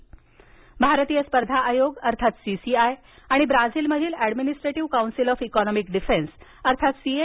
करार ब्राझील भारतीय स्पर्धा आयोग अर्थात सीसीआय आणि ब्राझीलमधील administrative council of economic defence अर्थात सी ए